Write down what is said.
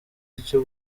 icyo